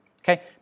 Okay